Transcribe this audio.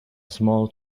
small